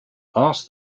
asked